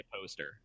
poster